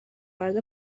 وارد